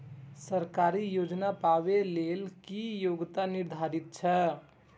सरकारी योजना पाबे के लेल कि योग्यता निर्धारित छै?